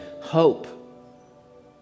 hope